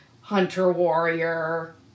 hunter-warrior